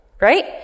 right